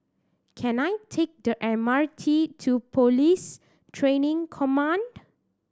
can I take the M R T to Police Training Command